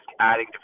adding